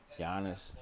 Giannis